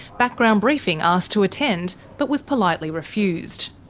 background briefing asked to attend, but was politely refused.